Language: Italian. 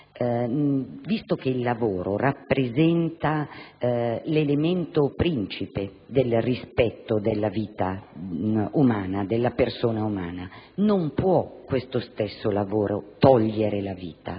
visto che il lavoro rappresenta l'elemento principe del rispetto della vita umana, non può lo stesso lavoro togliere la vita,